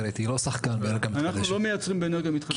היא לא מייצרת; היא לא שחקן באנרגיה מתחדשת.